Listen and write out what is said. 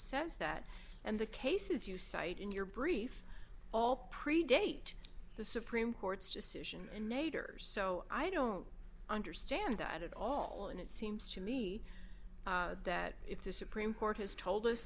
says that and the cases you cite in your brief all predate the supreme court's decision in nader's so i don't understand that at all and it seems to me that if the supreme court has told us